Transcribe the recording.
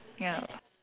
ya